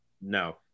No